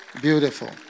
Beautiful